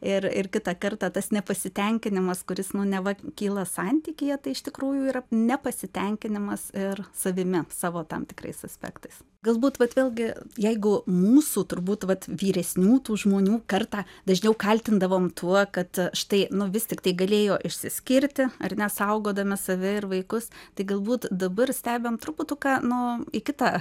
ir ir kitą kartą tas nepasitenkinimas kuris neva kyla santykyje tai iš tikrųjų yra nepasitenkinimas ir savimi savo tam tikrais aspektais galbūt vat vėlgi jeigu mūsų turbūt vat vyresnių tų žmonių kartą dažniau kaltindavom tuo kad štai nu vis tiktai galėjo išsiskirti ar ne saugodami save ir vaikus tai galbūt dabar stebim truputuką nu į kitą